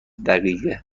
دقیقه